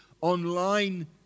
online